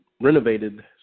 renovated